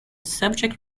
subject